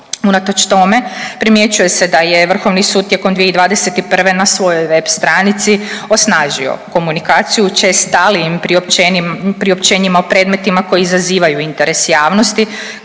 Unatoč tome primjećuje se da je Vrhovni sud tijekom 2021. na svojoj web stranici osnažio komunikaciju učestalijim priopćenjima o predmetima koji izazivaju interes javnosti